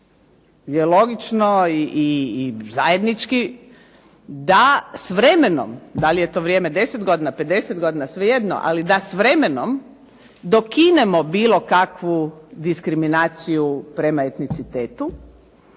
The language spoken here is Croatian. je logično i zajednički, da s vremenom, da li je to vrijeme 10 godina, 50 godina, svejedno, ali da s vremenom dokinemo bilo kakvu diskriminaciju prema etnicitetu